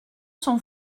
sont